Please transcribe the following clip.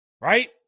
right